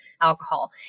alcohol